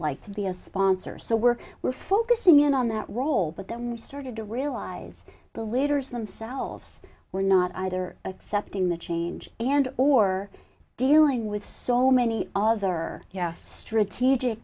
like to be a sponsor so we're we're focusing in on that role but then we started to realize the leaders themselves were not either accepting the change and or dealing with so many other yes strategic